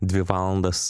dvi valandas